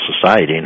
society